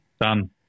Done